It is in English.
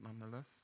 nonetheless